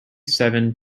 seven